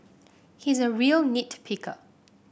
he is a real nit picker